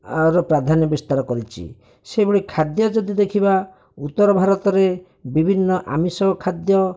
ଆର ପ୍ରାଧାନ୍ୟ ବିସ୍ତାର କରିଛି ସେଭଳି ଖାଦ୍ୟ ଯଦି ଦେଖିବା ଉତ୍ତର ଭାରତରେ ବିଭିନ୍ନ ଆମିଷ ଖାଦ୍ୟ